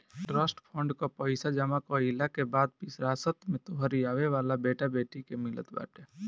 trust fund कअ पईसा जमा कईला के बाद विरासत में तोहरी आवेवाला बेटा बेटी के मिलत बाटे